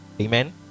Amen